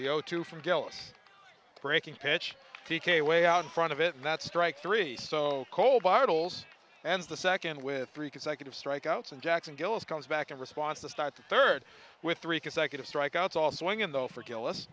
you know two from jealous breaking pitch p k way out in front of it and that's strike three so cold bottles and the second with three consecutive strikeouts and jacksonville's comes back in response to start the third with three consecutive strikeouts also going in though for gillis